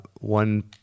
one